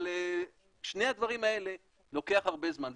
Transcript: אבל שני הדברים האלה, לוקח הרבה זמן.